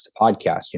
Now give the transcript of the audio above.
podcast